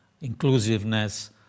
inclusiveness